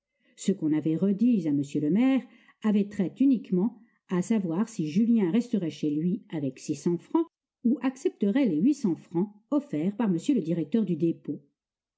ceux qu'on avait redits à m le maire avaient trait uniquement à savoir si julien resterait chez lui avec six cents francs ou accepterait les huit cents francs offerts par m le directeur du dépôt